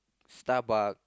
Starbucks